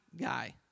guy